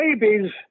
babies